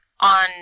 on